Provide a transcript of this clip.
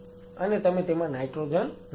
અને તમે તેમાં નાઈટ્રોજન નાખો છો